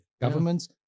governments